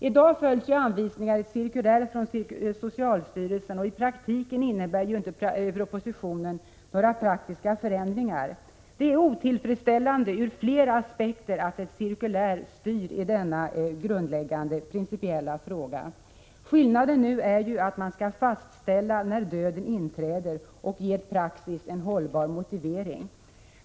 I dag följs anvisningar i ett cirkulär från socialstyrelsen, och i praktiken innebär inte propositionen några praktiska förändringar. Det är otillfredsställande ur flera aspekter att ett cirkulär styr i denna grundläggande principiella fråga. Ändringen innebär att man skall fastställa när döden inträder och ge praxis en hållbar motivering.